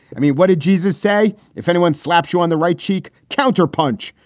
i mean, what did jesus say? if anyone slapped you on the right cheek, counterpunch,